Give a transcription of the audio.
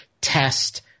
test